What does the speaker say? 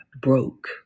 Broke